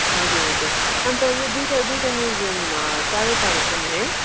हजुर हजुर अन्त यो दुइटा दुइटा म्युजियम टाडो टाडो छ नि है